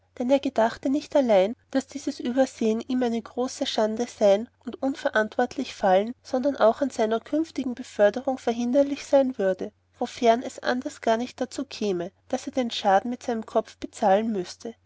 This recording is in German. dann er gedachte nicht allein daß dieses übersehen ihm eine große schande sein und unverantwortlich fallen sondern auch an seiner künftigen beförderung verhinderlich sein würde wofern es anders nicht gar darzu käme daß er den schaden mit seinem kopf bezahlen müßte